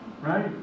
Right